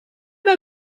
wir